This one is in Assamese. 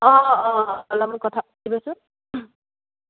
অ' অ'